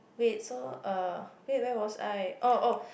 wait so uh wait where was I oh oh